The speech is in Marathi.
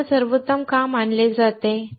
तर त्यांना सर्वोत्तम का मानले जाते